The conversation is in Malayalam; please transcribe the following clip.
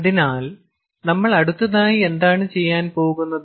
അതിനാൽ നമ്മൾ അടുത്തതായി എന്താണ് ചെയ്യാൻ പോകുന്നത്